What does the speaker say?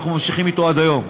אנחנו ממשיכים אתו עד היום.